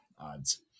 odds